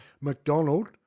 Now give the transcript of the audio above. McDonald